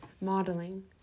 modeling